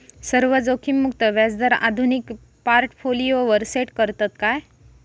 सर्व जोखीममुक्त व्याजदर आधुनिक पोर्टफोलियोवर सेट करतत काय?